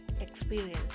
experience